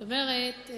זאת אומרת,